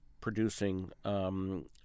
producing